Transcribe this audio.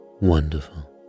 wonderful